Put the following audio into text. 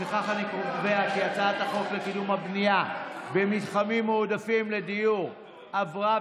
לפיכך אני קובע כי הצעת החוק לקידום הבנייה במתחמים מועדפים לדיור עברה,